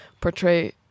portray